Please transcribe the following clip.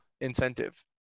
incentive